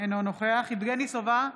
אינו נוכח יבגני סובה,